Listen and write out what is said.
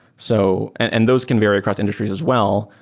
so and and those can vary across industries as well,